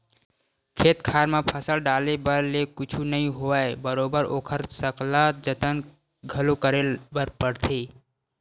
खेत खार म फसल डाले भर ले कुछु नइ होवय बरोबर ओखर सकला जतन घलो करे बर परथे